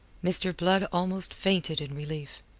mr. blood almost fainted in relief.